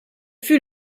fut